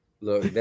Look